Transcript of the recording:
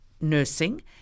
nursing